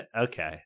Okay